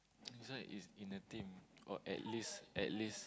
this one is in a team or at least at least